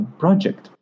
project